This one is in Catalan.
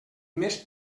més